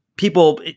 People